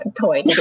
toy